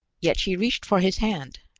yet she reached for his hand,